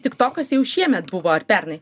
tiktokas jau šiemet buvo ar pernai